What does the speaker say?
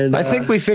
and i think we think